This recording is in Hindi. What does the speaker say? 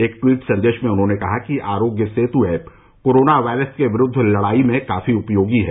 एक ट्वीट संदेश में उन्होंने कहा कि Aarogya Setu app corona virus के विरूद्व लड़ाई में काफी उपयोगी है